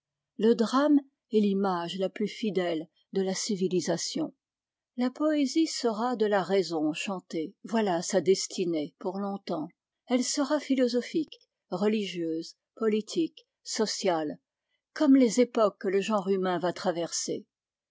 le drame est l'image la plus fidèle de la civilisation la poésie sera de la raison chantée voilà sa destinée pour long-temps elle sera philosophique religieuse politique sociale comme les époques que le genre humain va traverser